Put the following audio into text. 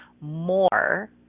more